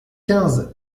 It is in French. quinze